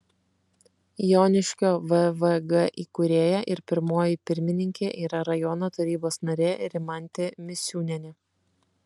joniškio vvg įkūrėja ir pirmoji pirmininkė yra rajono tarybos narė rimantė misiūnienė